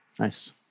Nice